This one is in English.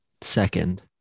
second